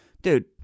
Dude